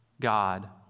God